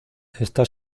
está